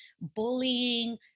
bullying